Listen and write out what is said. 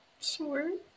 Sure